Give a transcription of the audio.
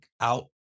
out